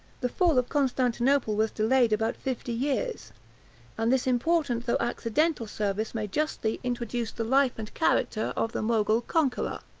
the fall of constantinople was delayed about fifty years and this important, though accidental, service may justly introduce the life and character of the mogul conqueror.